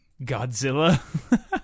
Godzilla